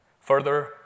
Further